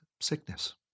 sickness